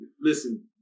Listen